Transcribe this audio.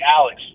Alex